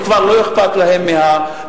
וכבר לא אכפת להם מהפריפריה.